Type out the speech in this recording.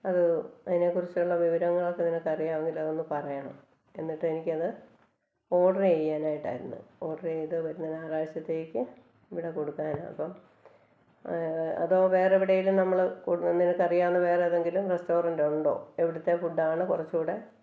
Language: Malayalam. അത് അതിനെ കുറിച്ചുള്ള വിവരങ്ങളൊക്കെ ഒന്ന് നിനക്കറിയാമെങ്കിൽ ഒന്ന് പറയണം എന്നിട്ട് എനിക്കത് ഓർഡർ ചെയ്യാനായിട്ടായിരുന്നു ഓർഡർ ചെയ്ത് വരുന്ന ഞായാറാഴ്ചത്തേക്ക് ഇവിടെ കൊടുക്കാനാണ് അപ്പം അതൊ വേറെ എവിടേലും നമ്മള് നിനക്കറിയാവുന്ന വേറേതെങ്കിലും റെസ്റ്റോറൻറ്റുണ്ടോ എവിടുത്തെ ഫുഡാണ് കുറച്ചും കൂടെ